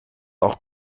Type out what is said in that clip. auch